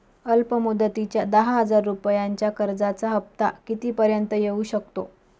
अल्प मुदतीच्या दहा हजार रुपयांच्या कर्जाचा हफ्ता किती पर्यंत येवू शकतो?